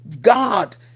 God